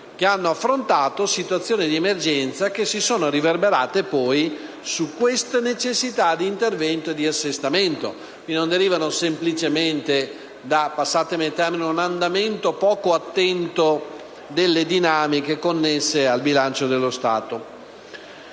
che hanno affrontato situazioni di emergenza che si sono riverberate, poi, su questa necessità di intervento di assestamento. Esse non derivano, quindi, semplicemente da un andamento poco attento delle dinamiche connesse al bilancio dello Stato.